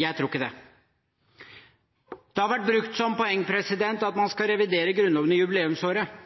Jeg tror ikke det. Det har vært brukt som poeng at man skal revidere Grunnloven i jubileumsåret.